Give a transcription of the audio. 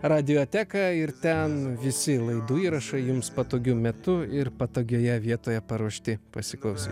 radioteką ir ten visi laidų įrašai jums patogiu metu ir patogioje vietoje paruošti pasiklausyt